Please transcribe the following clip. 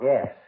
Yes